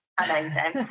amazing